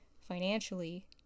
financially